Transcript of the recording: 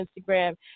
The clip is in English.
Instagram